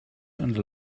and